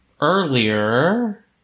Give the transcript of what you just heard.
earlier